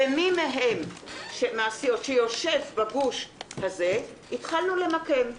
ומי מהם שיושב בגוש הזה התחלנו למקם.